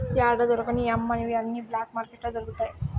యాడా దొరకని అమ్మనివి అన్ని బ్లాక్ మార్కెట్లో దొరుకుతాయి